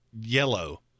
yellow